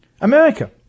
America